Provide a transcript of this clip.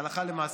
הלכה למעשה,